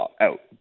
out